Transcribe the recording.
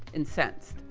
incensed.